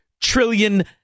trillion